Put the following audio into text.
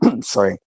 sorry